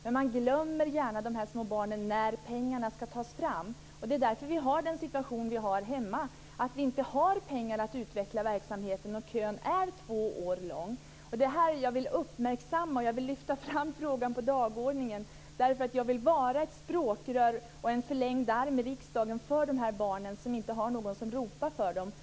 Men man glömmer gärna de här små barnen när pengarna skall tas fram. Det är därför vi har den situation vi har hemma. Vi har inte pengar att utveckla verksamheten, och kön är två år lång. Det är detta jag vill uppmärksamma. Jag vill lyfta upp frågan på dagordningen, därför att jag vill vara ett språkrör och en förlängd arm i riksdagen för de här barnen som inte har någon som ropar för dem.